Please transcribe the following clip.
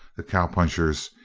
the cowpunchers,